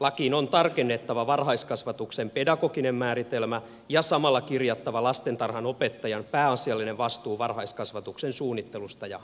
lakiin on tarkennettava varhaiskasvatuksen pedagoginen määritelmä ja samalla kirjattava lastentarhanopettajan pääasiallinen vastuu varhaiskasvatuksen suunnittelusta ja arvioinnista